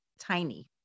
tiny